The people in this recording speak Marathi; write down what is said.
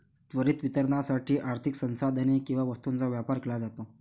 त्वरित वितरणासाठी आर्थिक संसाधने किंवा वस्तूंचा व्यापार केला जातो